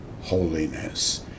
holiness